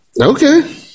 Okay